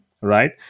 right